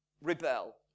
Rebel